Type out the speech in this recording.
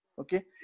okay